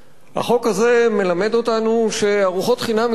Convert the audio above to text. החוק הזה מלמד אותנו שארוחות חינם ישנן,